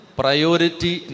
priority